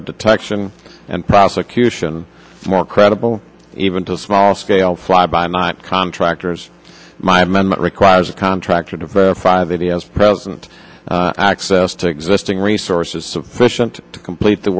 of detection and prosecution more credible even to small scale fly by night contractors my amendment requires a contractor to verify that he has present access to existing resources sufficient to complete the